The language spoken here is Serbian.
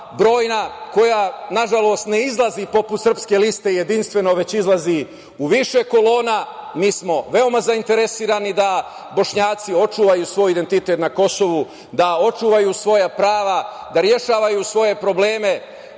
brojna, koja nažalost ne izlazi, poput Srpske liste, jedinstveno, već izlazi u više kolona. Mi smo veoma zainteresovani da Bošnjaci očuvaju svoj identitet na Kosovu, da očuvaju svoja prava, da rešavaju svoje probleme.